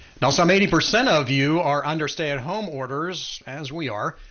now some eighty percent of you are under stay-at-home orders as we are,